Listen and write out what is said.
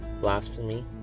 blasphemy